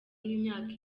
y’imyaka